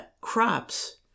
crops